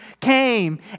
came